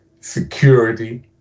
security